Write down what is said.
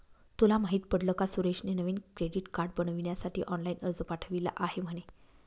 तुला माहित पडल का सुरेशने नवीन क्रेडीट कार्ड बनविण्यासाठी ऑनलाइन अर्ज पाठविला आहे म्हणे